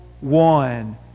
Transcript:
one